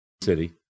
City